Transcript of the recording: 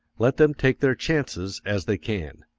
let them take their chances as they can.